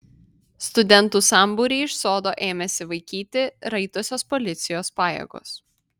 studentų sambūrį iš sodo ėmėsi vaikyti raitosios policijos pajėgos